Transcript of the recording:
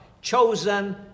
Chosen